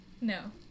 No